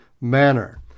manner